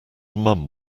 mum